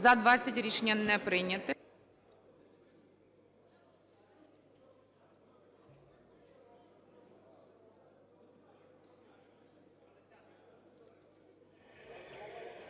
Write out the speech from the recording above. За-20 Рішення не прийнято.